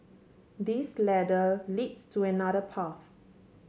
this ladder leads to another path